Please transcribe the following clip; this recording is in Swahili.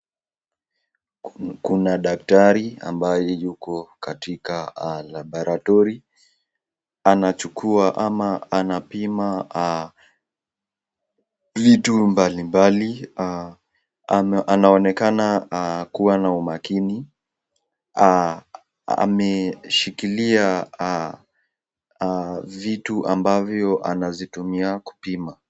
Kuna daktari ambaye yuko katika laboratory , anachukua ama anapima vitu mbali mbali, anaonekana kuwa na umakini. Ameshikilia vitu ambavyo anazitumia kupima.